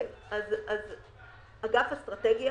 אגף אסטרטגיה